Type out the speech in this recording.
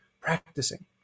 practicing